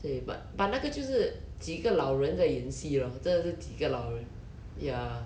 对 but but 那个就是几个老人在演戏 lor 真的是几个老人 ya